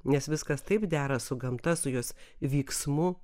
nes viskas taip dera su gamta su jos vyksmu